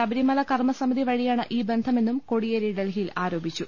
ശബരി മല കർമ്മസമിതി വഴിയാണ് ഈ ബന്ധമെന്നും കോടിയേരി ഡൽഹിയിൽ ആരോപിച്ചു